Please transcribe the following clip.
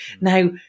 Now